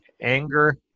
anger